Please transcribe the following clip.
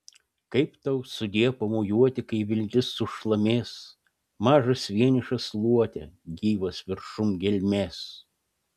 kaip tau sudie pamojuoti kai vilnis sušlamės mažas vienišas luote gyvas viršum gelmės